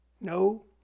No